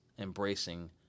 embracing